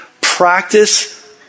Practice